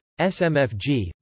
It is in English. SMFG